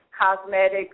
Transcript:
cosmetics